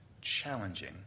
challenging